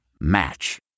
Match